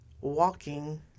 walking